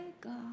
God